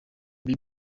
ibi